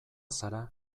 zara